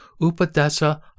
Upadesa